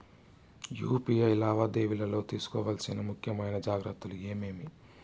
UPI లావాదేవీలలో తీసుకోవాల్సిన ముఖ్యమైన జాగ్రత్తలు ఏమేమీ?